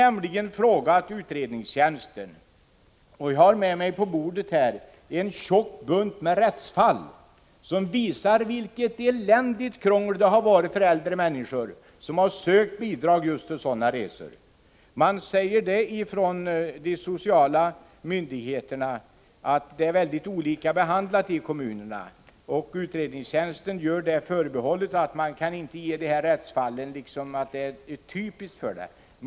Jag har frågat utredningstjänsten, och på bordet har jag en tjock bunt med rättsfall, som visar vilket eländigt krångel det har varit för äldre människor som sökt bidrag just för sådana här resor. De sociala myndigheterna säger att behandlingen blir mycket olika i kommunerna. Utredningstjänsten gör för sin del det förbehållet att man inte kan säga att de här rättsfallen är typiska.